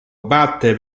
batte